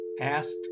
Asked